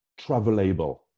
travelable